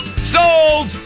Sold